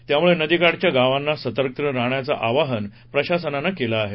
त्यामुळे नदीकाठच्या गावांनना सतर्क राहण्याचं आवाहन प्रशासनानं केलं आहे